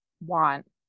want